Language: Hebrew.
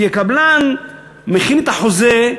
כי הקבלן מכין את החוזה,